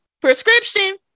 prescription